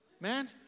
Man